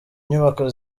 inyubako